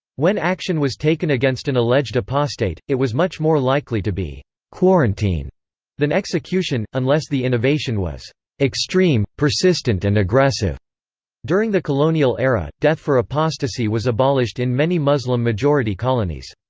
when action was taken against an alleged apostate, it was much more likely to be quarantine than execution, unless the innovation was extreme, persistent and aggressive during the colonial era, death for apostasy was abolished in many muslim-majority colonies.